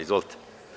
Izvolite.